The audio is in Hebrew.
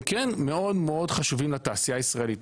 הם כן מאוד חשובים לתעשייה הישראלית.